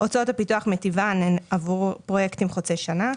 הוצאות הפיתוח מטבען הן עבור פרויקטים חוצי שנה,